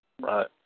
Right